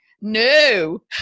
No